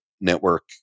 network